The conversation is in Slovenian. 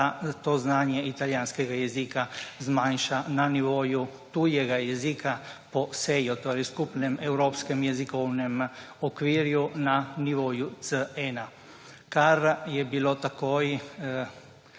to znanje italijanskega jezika zmanjša na nivoju tujega jezika po SEJO, torej skupnem evropskem jezikovnem okvirju, na nivo C1, kar je bilo takoj